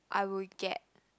I would get